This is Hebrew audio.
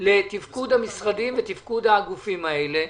לתפקוד המשרדים ותפקוד הגופים האלה.